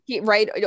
Right